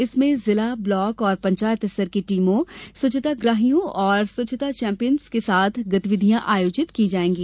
इसमें जिला ब्लॉक और पंचायत स्तर की टीमों स्वच्छाग्रहियों और स्वच्छता चैंपियनों के साथ गतिविधियां आयोजित की जाएंगी